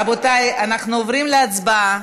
רבותי, אנחנו עוברים להצבעה.